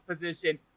position